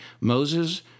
Moses